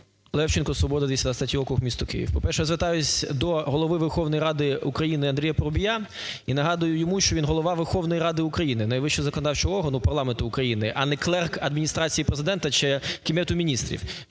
Левченко, "Свобода", 223 округ, місто Київ. По-перше, звертаюсь до Голови Верховної Ради України Андрія Парубія і нагадую йому, що він Голова Верховної Ради України, найвищого законодавчого органу, парламенту України, а не клерк Адміністрації Президента чи Кабінету Міністрів,